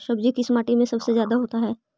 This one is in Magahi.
सब्जी किस माटी में सबसे ज्यादा होता है?